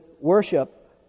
worship